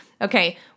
Okay